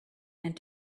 and